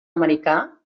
americà